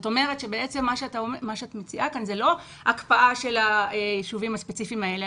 למעשה מה שאת מציעה כאן זה לא הקפאה של היישובים הספציפיים האלה,